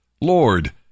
Lord